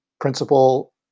principle